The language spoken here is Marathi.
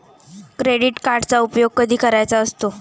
क्रेडिट कार्डचा उपयोग कधी करायचा असतो?